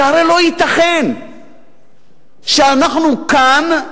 שלא ייתכן שאנחנו כאן,